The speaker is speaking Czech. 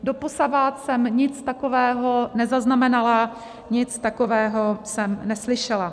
Doposavad jsem nic takového nezaznamenala, nic takového jsem neslyšela.